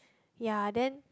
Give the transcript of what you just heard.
ya then